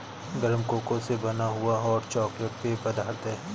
गरम कोको से बना हुआ हॉट चॉकलेट पेय पदार्थ है